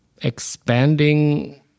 expanding